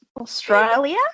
Australia